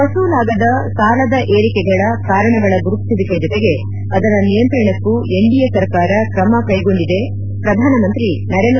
ವಸೂಲಾಗದ ಸಾಲದ ಏರಿಕೆಗೆ ಕಾರಣಗಳ ಗುರುತಿಸುವಿಕೆ ಜತೆಗೆ ಅದರ ನಿಯಂತ್ರಣಕ್ಕೂ ಎನ್ಡಿಎ ಸರ್ಕಾರ ಕ್ರಮ ಕೈಗೊಂಡಿದೆ ಪ್ರಧಾನಮಂತ್ರಿ ನರೇಂದ್ರ ಮೋದಿ ಹೇಳಕೆ